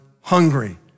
hungry